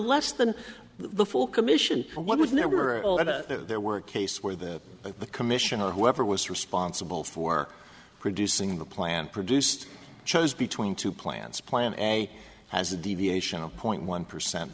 less than the full commission what was never there were a case where the commission or whoever was responsible for producing the plan produced chose between two plans plan a as a deviation zero point one percent